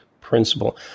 principle